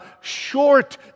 short